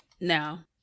Now